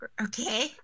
Okay